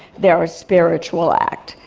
they're a spiritual act.